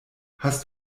hast